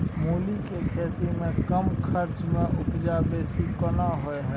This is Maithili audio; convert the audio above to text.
मूली के खेती में कम खर्च में उपजा बेसी केना होय है?